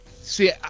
See